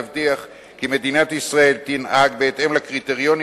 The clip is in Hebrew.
יבטיח כי מדינת ישראל תנהג בהתאם לקריטריונים